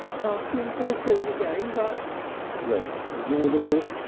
passing so soon again, but rest inaudible.